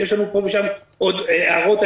יש לנו פה ושם עוד הערות,